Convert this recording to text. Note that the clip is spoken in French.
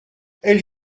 elle